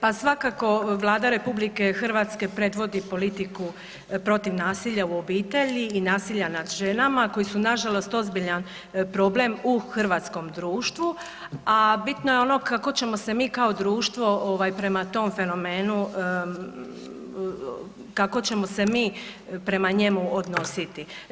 Pa svakako Vlada RH predvodi politiku protiv nasilja u obitelji i nasilja nad ženama koji su nažalost ozbiljan problem u hrvatskom društvu, a bitno je ono kako ćemo se mi kao društvo prema tom fenomenu, kako ćemo se mi prema njemu odnositi.